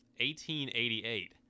1888